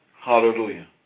Hallelujah